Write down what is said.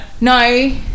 No